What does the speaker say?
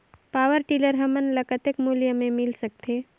Power tiller हमन ल कतेक मूल्य मे मिल सकथे?